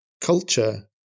culture